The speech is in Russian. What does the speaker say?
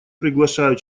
приглашаю